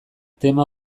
tema